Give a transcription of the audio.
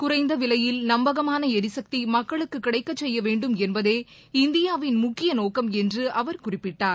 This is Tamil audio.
குறைந்தவிலையில் நம்பகமானளரிசக்திமக்களுக்குகிடைக்கசெய்யவேண்டும் என்பதே இந்தியாவின் முக்கியநோக்கம் என்றுஅவர் குறிப்பிட்டார்